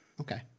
Okay